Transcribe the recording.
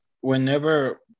whenever